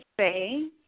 say